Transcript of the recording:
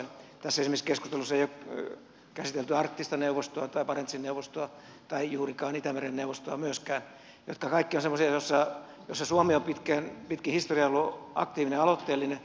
esimerkiksi tässä keskustelussa ei ole käsitelty arktista neuvostoa tai barentsin neuvostoa tai juurikaan itämeren neuvostoa myöskään jotka kaikki ovat semmoisia joissa suomi on pitkin historiaa ollut aktiivinen ja aloitteellinen